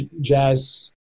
jazz